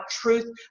truth